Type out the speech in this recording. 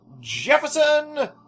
Jefferson